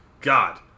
God